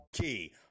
Key